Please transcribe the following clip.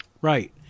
Right